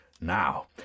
Now